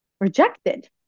rejected